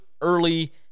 early